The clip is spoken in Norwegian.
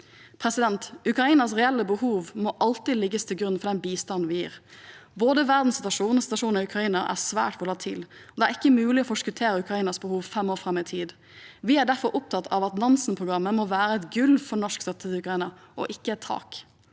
Norge. Ukrainas reelle behov må alltid legges til grunn for den bistanden vi gir. Både verdenssituasjonen og situa sjonen i Ukraina er svært volatil. Det er ikke mulig å forskuttere Ukrainas behov fem år fram i tid. Vi er derfor opptatt av at Nansen-programmet må være et gulv for norsk støtte til Ukraina, ikke et tak.